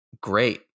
great